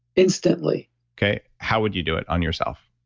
instantly okay. how would you do it on yourself?